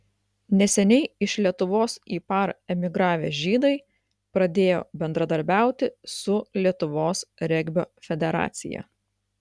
neseniai iš lietuvos į par emigravę žydai pradėjo bendradarbiauti su lietuvos regbio federacija